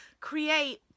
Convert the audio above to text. create